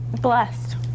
blessed